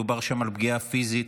מדובר שם על פגיעה פיזית,